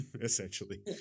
essentially